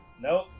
Nope